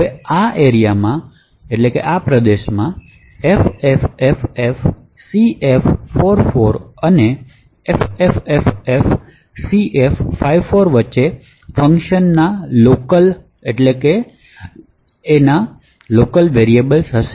હવે આ પ્રદેશમાં ffffcf44 અને ffffcf54 વચ્ચે ફંકશન ના લોકલ હશે